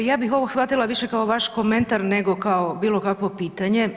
Pa ja bih ovo shvatila više kao vaš komentar nego kao bilo kakvo pitanje.